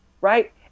right